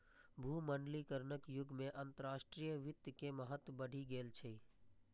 भूमंडलीकरणक युग मे अंतरराष्ट्रीय वित्त के महत्व बढ़ि गेल छै